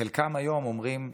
חלקם היום אומרים: